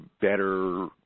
better